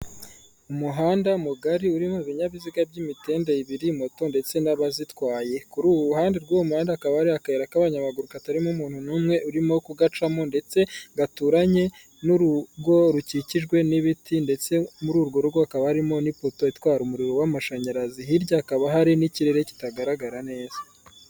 umuhanda mugari urimo ibinyabiziga by'imitende ibiri moto ndetse n'abazitwaye kuri ubu ruhande rw'uhanda kaba ari akayira k'abanyamaguru katarimo umuntu n'umwe urimo kugacamo ndetse gaturanye n'urugo rukikijwe n'ibiti ndetse muri urwo rugo kaba harimo n'ipoto itwara umuriro w'amashanyarazi hirya hakaba hari n'ikirere kitagaragara neza